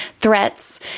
threats